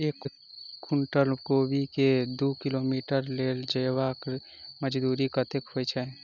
एक कुनटल कोबी केँ दु किलोमीटर लऽ जेबाक मजदूरी कत्ते होइ छै?